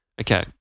Okay